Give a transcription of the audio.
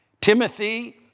Timothy